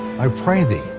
i pray thee,